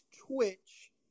Twitch